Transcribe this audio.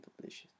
delicious